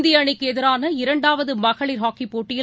இந்திய அணிக்கு எதிரான இரண்டாவது மகளிர் ஹாக்கி போட்டியில்